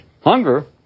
hunger